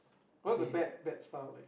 what's a bad bad style like